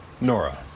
Nora